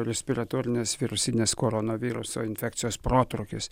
respiratorinės virusinės koronaviruso infekcijos protrūkis